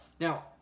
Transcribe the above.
Now